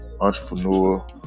Entrepreneur